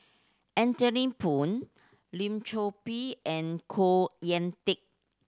Anthony Poon Lim Chor Pee and Khoo Teik